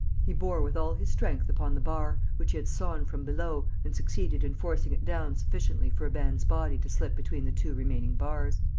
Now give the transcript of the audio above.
he bore with all his strength upon the bar, which he had sawn from below, and succeeded in forcing it down sufficiently for a man's body to slip between the two remaining bars.